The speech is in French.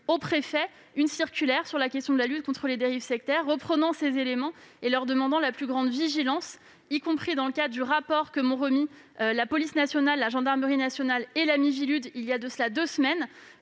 aux préfets une circulaire relative à la lutte contre les dérives sectaires, reprenant ces éléments et leur demandant la plus grande vigilance, en écho au rapport que m'ont remis la police nationale, la gendarmerie nationale et la Miviludes il y a de cela deux semaines.